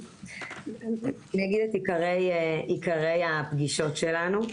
אגיד את עיקרי הפגישות שלנו.